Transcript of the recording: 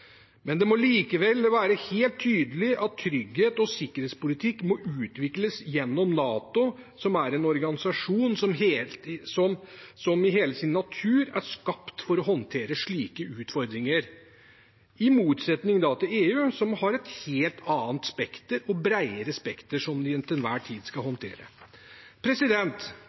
men det må likevel være helt tydelig at trygghet og sikkerhetspolitikk må utvikles gjennom NATO, som er en organisasjon som i hele sin natur er skapt for å håndtere slike utfordringer – i motsetning til EU, som har et helt annet og bredere spekter som de til enhver tid skal håndtere.